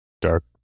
dark